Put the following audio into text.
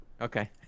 Okay